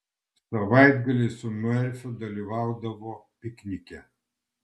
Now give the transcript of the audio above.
savaitgaliais su merfiu dalyvaudavo piknike